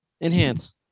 enhance